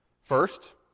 First